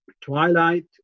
twilight